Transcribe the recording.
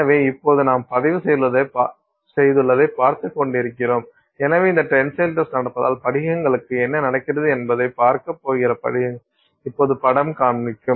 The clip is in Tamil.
எனவே இப்போது நாம்பதிவுசெய்துள்ளதை பார்த்துக் கொண்டிருக்கிறோம் எனவே இந்த டென்சைல் டெஸ்ட் நடப்பதால் படிகங்களுக்கு என்ன நடக்கிறது என்பதைப் பார்க்கப் போகிற படிகங்களை இப்போது படம் காண்பிக்கும்